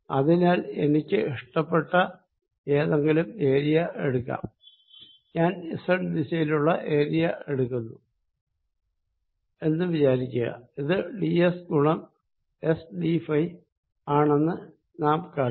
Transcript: അതിനാൽ എനിക്ക് ഏതെങ്കിലും ഇഷ്ടപ്പെട്ട ഏരിയ എടുക്കാം ഞാൻ സെഡ് ദിശയിലുള്ള ഏരിയ എടുക്കുന്നു എന്ന് വിചാരിക്കുക ഇത് ഡി എസ് ഗുണം എസ് ഡിഫൈ ആണെന്ന് നാം കണ്ടു